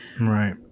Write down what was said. Right